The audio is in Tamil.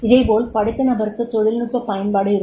இதேபோல் படித்த நபருக்கு தொழில்நுட்ப பயன்பாடு இருக்கும்